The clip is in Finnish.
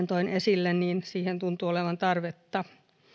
toin esille siihen tuntuu olevan tarvetta